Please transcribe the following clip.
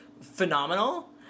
phenomenal